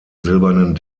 silbernen